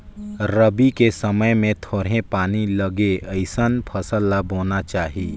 रबी के समय मे थोरहें पानी लगे अइसन फसल ल बोना चाही